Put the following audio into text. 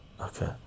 okay